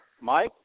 Mike